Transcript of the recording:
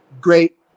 great